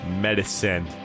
medicine